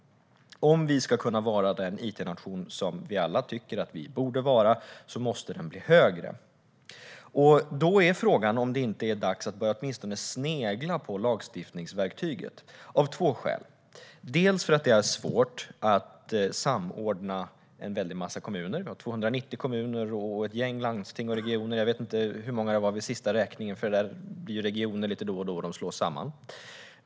Om vi ska kunna vara den it-nation som vi alla tycker att vi borde vara måste den bli högre. Då är frågan om det inte är dags att åtminstone börja snegla på lagstiftningsverktyget, bland annat för att det är svårt att samordna en väldig massa kommuner. Vi har 290 kommuner och ett gäng landsting och regioner. Jag vet inte hur många det var vid sista räkningen, för det blir regioner lite då och då - de slås samman.